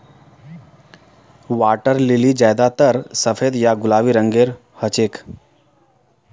water lily ज्यादातर सफेद या गुलाबी रंगेर हछेक